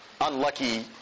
unlucky